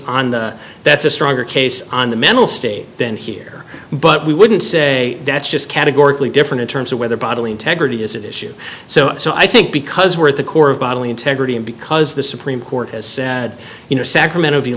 on the that's a stronger case on the mental state than here but we wouldn't say that's just categorically different in terms of whether bodily integrity is issue so so i think because we're at the core of bodily integrity and because the supreme court has said you know sacramento